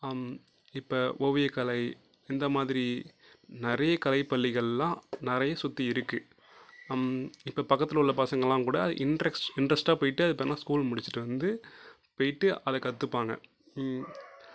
இப்போ ஓவியக்கலை இந்த மாதிரி நிறைய கலைப் பள்ளிகள்லாம் நிறைய சுற்றி இருக்குது இப்போ பக்கத்தில் உள்ள பசங்க எல்லாம் கூட இன்ட்ரஸ்ட் இன்ட்ரஸ்ட்டாக போயிட்டு அது பேர் என்ன ஸ்கூல் முடித்துட்டு வந்து போயிட்டு அதை கற்றுப்பாங்க